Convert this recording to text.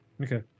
Okay